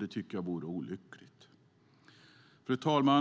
Det tycker jag vore olyckligt. Fru talman!